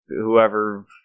Whoever